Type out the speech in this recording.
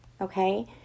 okay